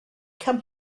come